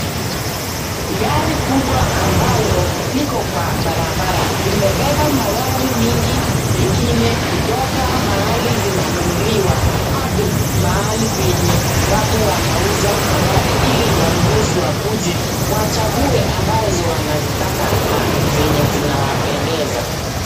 Gari kubwa ambalo liko kwa barabara . Limebeba magari mingi mengine kutoka mahali zinanunuliwa hadi mahali penye watu wanauza magari hili wanunuzi wakuje wachague ambazo wanazitaka na zenye zinawapendeza .